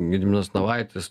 gediminas navaitis